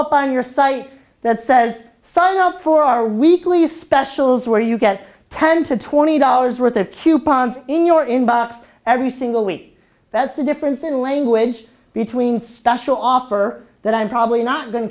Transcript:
up on your site that says sign up for our weekly specials where you get ten to twenty dollars worth of coupons in your inbox every single week that's the difference in language between stuff to offer that i'm probably not going to